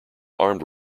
armed